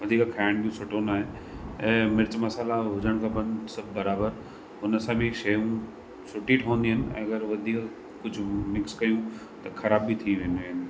वधीक खाइण बि सुठो न आहे ऐं मिर्च मसाला हुजणु खपनि सभु बराबरि उन सां बि शयूं सुठी ठहंदी आहिनि ऐं अगरि वधीक कुझु मिक्स कयूं त ख़राबु बि थी वेंदियूं आहिनि